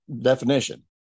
definition